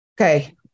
Okay